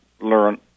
learn